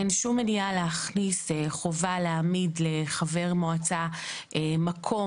אין כל מניעה להכניס חובה להעמיד לחבר מועצה מקום